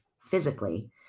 physically